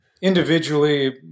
individually